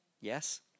yes